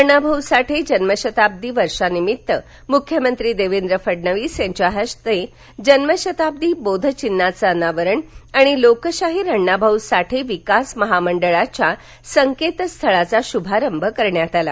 अण्णाभाऊ साठे जन्मशताब्दी वर्षानिमित्त मुख्यमंत्री देवेंद्र फडणवीस यांच्या हस्ते जन्मशताब्दी बोधचिन्हाचे अनावरण आणि लोकशाहीर अण्णा भाऊ साठे विकास महामंडळाच्या संकेतस्थळाचा शुभारंभ करण्यात आला